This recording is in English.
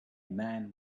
man